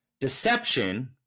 deception